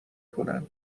کنن